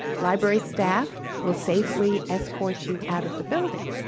library staff will safely escort you out of the building.